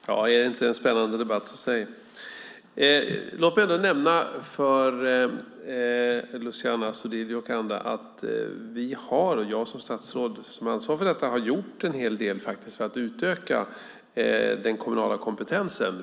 Herr talman! Är det inte en spännande debatt, så säg! Låt mig nämna för Luciano Astudillo och andra att jag som statsråd med ansvar för detta har gjort en hel del för att utöka den kommunala kompetensen.